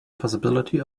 possibility